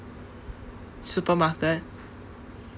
supermarket